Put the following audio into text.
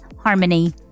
Harmony